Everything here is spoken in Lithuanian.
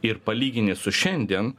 ir palygini su šiandien